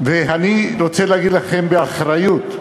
ואני רוצה להגיד לכם, באחריות,